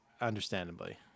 understandably